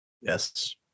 Yes